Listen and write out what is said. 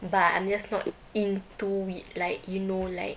but I'm just not into it like you know like